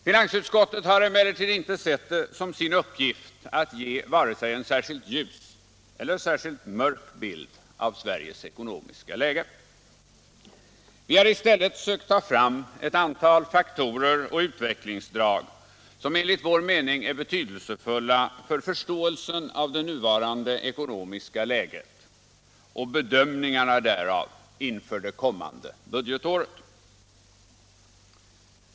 Finansutskottet har emellertid inte sett det som sin uppgift att ge vare sig en särskilt ljus eller en särskilt mörk bild av Sveriges ekonomiska läge. Vi har i stället sökt ta fram ett antal faktorer och utvecklingsdrag som enligt vår mening är betydelsefulla för förståelsen av det nuvarande ekonomiska läget och bedömningarna därav inför det kommande budgetåret.